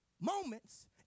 moments